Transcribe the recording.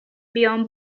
بیام